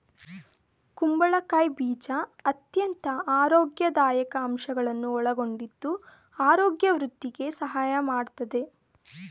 ಕುಂಬಳಕಾಯಿ ಬೀಜ ಅತ್ಯಂತ ಆರೋಗ್ಯದಾಯಕ ಅಂಶಗಳನ್ನು ಒಳಗೊಂಡಿದ್ದು ಆರೋಗ್ಯ ವೃದ್ಧಿಗೆ ಸಹಾಯ ಮಾಡತ್ತದೆ